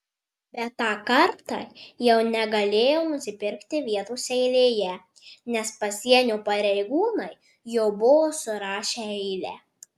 bet tą kartą jau negalėjau nusipirkti vietos eilėje nes pasienio pareigūnai jau buvo surašę eilę